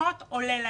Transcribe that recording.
שפחות עולה לאזרחים.